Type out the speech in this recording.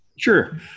Sure